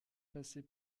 passer